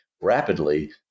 rapidly